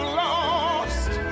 lost